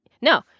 No